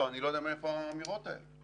אני לא יודע מאיפה האמירות האלה,